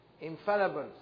Infallible